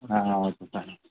ah okay sir